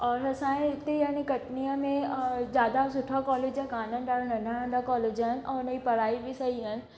और असांजे इते याने कटनीअ में अ जादा सुठा कॉलेज कोन्हनि ॾाढा नंढा नंढा कॉलेज आहिनि ऐं उन जी पढ़ाई बि सही आहिनि